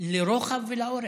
לרוחב ולאורך.